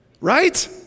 Right